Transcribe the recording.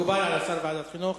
מקובל על השר ועדת החינוך.